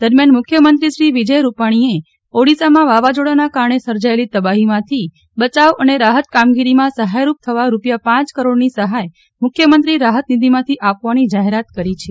દરમિયાન મુખ્યમંત્રી શ્રી વિજય રૂપાણીએ ઓડિશામાં વાવાઝોડાના કારણે સર્જાયેલી તબાહીમાંથી બચાવ અને રાહત કામગીરીમાં સહાયરૂપ થવા રૂપિયા પાંચ કરોડની સહાય મુખ્યમંત્રી રાહતનિધિમાંથી આપવાની જાહેરાત કરી છે